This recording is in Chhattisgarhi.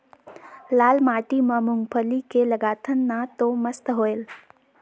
लाल माटी म मुंगफली के लगाथन न तो मस्त होयल?